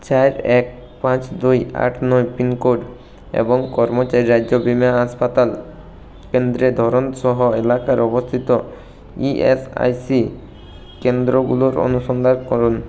চার এক পাঁচ দুই আট নয় পিনকোড এবং কর্মচারী রাজ্য বীমা হাসপাতাল কেন্দ্রের ধরন সহ এলাকায় অবস্থিত ইএসআইসি কেন্দ্রগুলোর অনুসন্ধান করুন